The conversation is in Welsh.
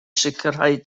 sicrhau